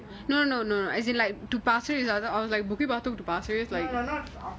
no no no as in like to pasir ris lah I was like bukit batok to pasir ris like